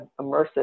immersive